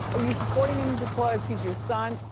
are you supporting him because he's your son,